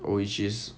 which is